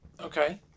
Okay